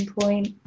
point